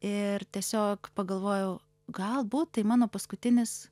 ir tiesiog pagalvojau galbūt tai mano paskutinis